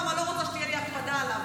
למה לא רוצה שתהיה לי הקפדה עליו.